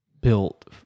built